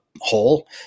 hole